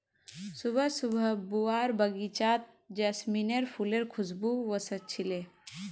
सुबह सुबह बुआर बगीचात जैस्मीनेर फुलेर खुशबू व स छिले